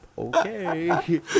Okay